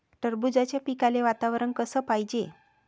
टरबूजाच्या पिकाले वातावरन कस पायजे?